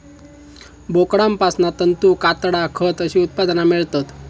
बोकडांपासना तंतू, कातडा, खत अशी उत्पादना मेळतत